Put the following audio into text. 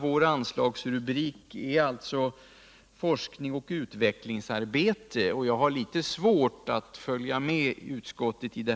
Vår anslagsrubrik är alltså Forsknings och utvecklingsarbete, och där har jag litet svårt att följa med utskottet.